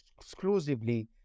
exclusively